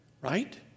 right